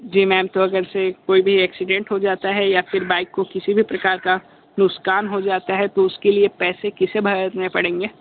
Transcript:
जी ma'am तो अगर चे कोई भी एक्सीडेंट हो जाता है या फिर बाइक को किसी भी प्रकार का नुक़सान हो जाता है तो उसके लिए पैसे किसे भरने पड़ेंगे